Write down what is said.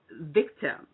victim